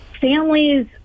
Families